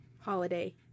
holiday